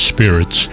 spirits